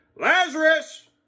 Lazarus